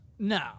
No